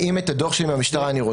האם את הדוח שלי מהמשטרה אני רוצה